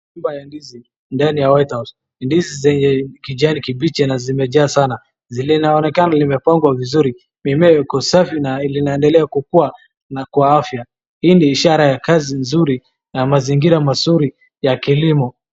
Nyumba ya ndizi ndani ya white house . Ndizi zenye kijani kibichi na zimenjaa sana zinaonekana ziepandwa vizuri mimea iko safi na inaendelea kukua kwa afya. Hii ni ishara ya kazi nzuri na mazingira mazuri ya kilimo.